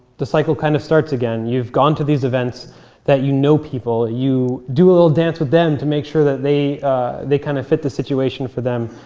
the cycle kind of starts again. you've gone to these events that you know people. you do a little dance with them to make sure that they they kind of fit the situation for them.